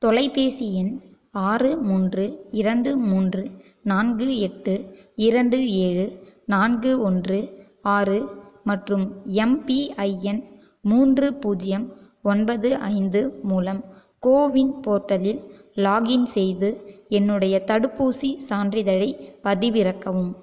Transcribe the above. தொலைபேசி எண் ஆறு மூன்று இரண்டு மூன்று நான்கு எட்டு இரண்டு ஏழு நான்கு ஒன்று ஆறு மற்றும் எம்பிஐஎன் மூன்று பூஜ்ஜியம் ஒன்பது ஐந்து மூலம் கோவின் போர்ட்டலில் லாகின் செய்து என்னுடைய தடுப்பூசிச் சான்றிதழைப் பதிவிறக்கவும்